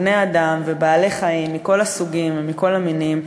בני-האדם ובעלי-חיים מכל הסוגים ומכל המינים,